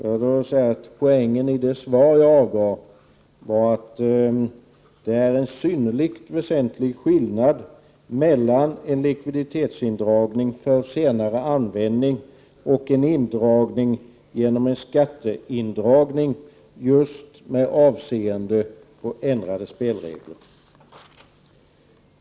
Jag får lov att säga att poängen i det svar jag avgav var att det är en synnerligen väsentlig skillnad mellan en likviditetsindragning för senare användning och en indragning genom beskattning, just med avseende på ändrade spelregler.